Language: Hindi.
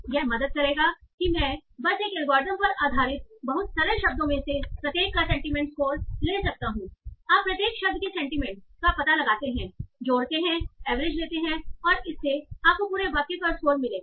यह मदद करेगा कि मैं बस एक एल्गोरिथ्म पर आधारित बहुत सरल शब्दों में से प्रत्येक का सेंटीमेंट स्कोर ले सकता हूं आप प्रत्येक शब्द की सेंटीमेंट का पता लगाते हैं जोड़ते हैं एवरेज लेते हैं और इससे आपको पूरे वाक्य का स्कोर मिलेगा